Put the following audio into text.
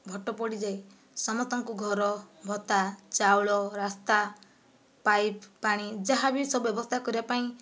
vote ପଡ଼ିଯାଏ ସମସ୍ତଙ୍କୁ ଘର ଭତ୍ତା ଚାଉଳ ରାସ୍ତା ପାଇପ ପାଣି ଯାହା ବି ସବୁ ବ୍ୟବସ୍ତା କରିବା ପାଇଁ